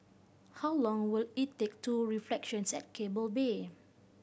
how long will it take to Reflections at Keppel Bay